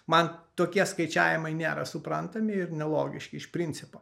man tokie skaičiavimai nėra suprantami ir nelogiški iš principo